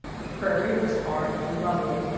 the prairie was hard and level,